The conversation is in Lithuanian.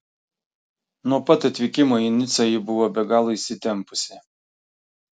nuo pat atvykimo į nicą ji buvo be galo įsitempusi